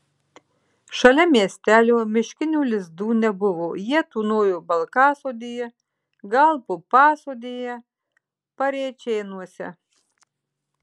šalia miestelio miškinių lizdų nebuvo jie tūnojo balkasodyje gal pupasodyje parėčėnuose